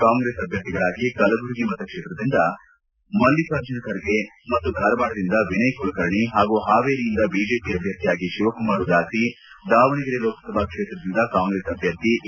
ಕಾಂಗ್ರೆಸ್ ಅಭ್ಯರ್ಥಿಗಳಾಗಿ ಕಲಬುರಗಿ ಮತಕ್ಷೇತ್ರದಿಂದ ಮಲ್ಲಿಕಾರ್ಜುನ ಖರ್ಗೆ ಮತ್ತು ಧಾರವಾಡದಿಂದ ವಿನಯ್ ಕುಲಕರ್ಣಿ ಹಾಗೂ ಹಾವೇರಿಯಿಂದ ಬಿಜೆಪಿ ಅಭ್ಯರ್ಥಿಯಾಗಿ ಶಿವಕುಮಾರ್ ಉದಾಸಿ ದಾವಣಗೆರೆ ಲೋಕಸಭಾ ಕ್ಷೇತ್ರದಿಂದ ಕಾಂಗ್ರೆಸ್ ಅಭ್ಯರ್ಥಿ ಎ